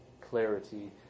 clarity